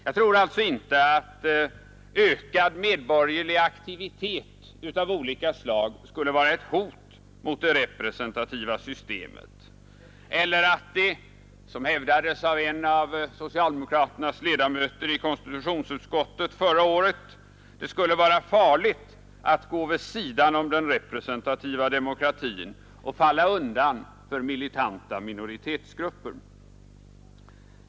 Jag tror alltså inte att ökad medborgerlig aktivitet av olika slag skulle vara ett hot mot det representativa systemet eller att det — som hävdades av en av socialdemokraternas ledamöter i konstitutionsutskottet förra året — skulle vara farligt att gå vid sidan om den representativa demokratin och falla undan för militanta minoritetsgrupper.